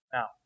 Now